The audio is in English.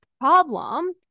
problem